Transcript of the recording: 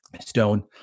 stone